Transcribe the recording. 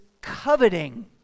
coveting